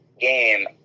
game